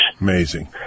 Amazing